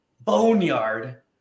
boneyard